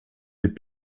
les